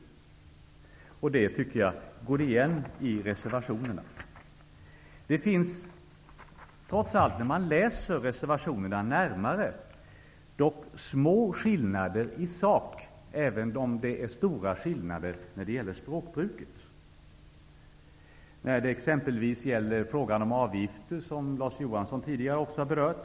Detta går också igen i reservationerna. När man läser reservationerna närmare ser man att det finns små skillnader i sak, även om det är stora skillnader i språkbruket. Man kan som exempel ta frågan om avgifter, som Larz Johansson tidigare har berört.